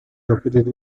located